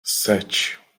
sete